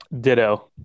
Ditto